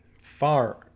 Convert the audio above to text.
far